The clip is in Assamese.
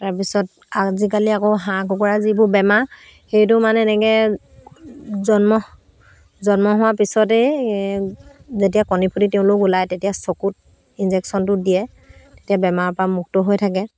তাৰপিছত আজিকালি আকৌ হাঁহ কুকুৰা যিবোৰ বেমাৰ সেইটো মানে এনেকৈ জন্ম জন্ম হোৱাৰ পিছতেই এই যেতিয়া কণী ফুলি তেওঁলোক ওলায় তেতিয়া চকুত ইঞ্জেকশ্যনটো দিয়ে তেতিয়া বেমাৰ পৰা মুক্ত হৈ থাকে